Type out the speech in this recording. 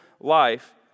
life